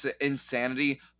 insanity